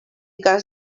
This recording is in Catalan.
cas